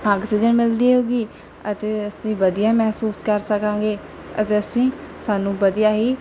oxygen ਮਿਲਦੀ ਰਹੇਗੀ ਅਤੇ ਅਸੀਂ ਵਧੀਆ ਮਹਿਸੂਸ ਕਰ ਸਕਾਂਗੇ ਅਤੇ ਅਸੀਂ ਸਾਨੂੰ ਵਧੀਆ ਹੀ